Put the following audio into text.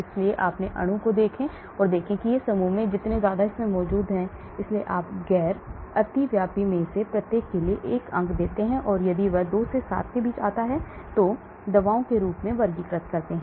इसलिए अपने अणु को देखें और देखें कि ये समूह कितने मौजूद हैं इसलिए आप इस गैर अतिव्यापी में से प्रत्येक के लिए 1 अंक देते हैं और यदि यह 2 और 7 के बीच आता है तो आप दवाओं के रूप में वर्गीकृत करते हैं